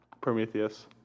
Prometheus